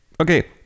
Okay